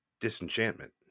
disenchantment